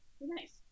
nice